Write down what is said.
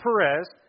Perez